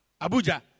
Abuja